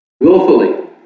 Willfully